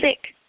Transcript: sick